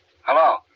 Hello